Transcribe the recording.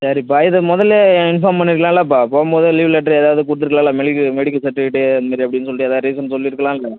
சரிப்பா இதை முதல்லே இன்ஃபார்ம் பண்ணியிருக்கலாம்லப்பா போகும்போதே லீவ் லெட்ரு ஏதாவது கொடுத்துருக்கலால மெலிக்க மெடிக்கல் சர்ட்டிவிக்கேட்டு இதுமாரி அப்படினு சொல்லிவிட்டு ஏதாவது ரீசன் சொல்லியிருக்கலாம்ல